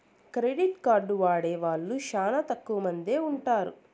credit card వాడే వాళ్ళు శ్యానా తక్కువ మందే ఉంటారు